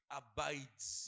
abides